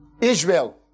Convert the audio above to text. Israel